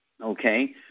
Okay